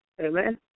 Amen